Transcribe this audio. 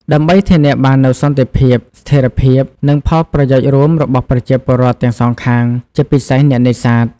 ដើម្បីធានាបាននូវសន្តិភាព ស្ថិរភាព និងផលប្រយោជន៍រួមរបស់ប្រជាពលរដ្ឋទាំងសងខាង ជាពិសេសអ្នកនេសាទ។